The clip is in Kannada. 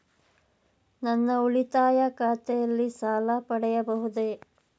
ನನ್ನ ಉಳಿತಾಯ ಖಾತೆಯಲ್ಲಿ ಸಾಲ ಪಡೆಯಬಹುದೇ?